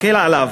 תסתכל עליו,